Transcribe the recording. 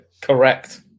Correct